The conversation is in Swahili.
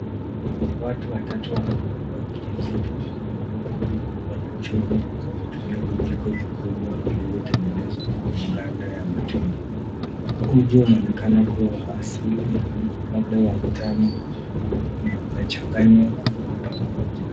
Watu watatu wanakoroga uji zito kwenye bakuli kubwa la chuma kwa kutumia vijiko vikubwa vilivyotengenezwa kwa maganda ya matunda. Uji unaonekana kuwa wa asili, labda wa mtama na unachanganywa kwa pamoja.